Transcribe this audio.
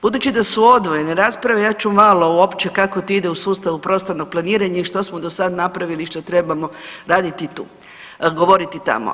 Budući da su odvojene rasprave ja ću malo uopće kako to ide u sustavu prostornog planiranja i što smo do sad napravili i što trebamo raditi tu, govoriti tamo.